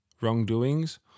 wrongdoings